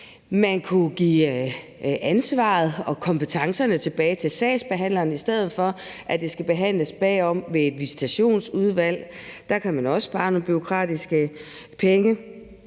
Man kunne give ansvaret og kompetencerne tilbage til sagsbehandlerne, i stedet for at det skal behandles af et visitationsudvalg. Der kunne man også spare nogle penge